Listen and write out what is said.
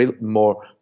more